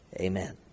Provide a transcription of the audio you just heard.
Amen